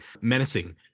menacing